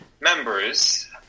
members